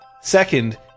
Second